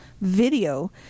video